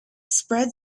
spread